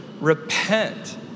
Repent